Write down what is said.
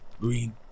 green